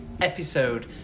episode